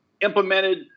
implemented